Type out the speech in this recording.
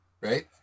Right